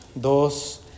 dos